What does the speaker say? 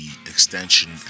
extension